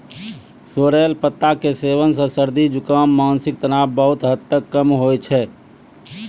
sorrel पत्ता के सेवन सॅ सर्दी, जुकाम, मानसिक तनाव बहुत हद तक कम होय छै